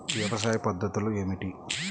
వ్యవసాయ పద్ధతులు ఏమిటి?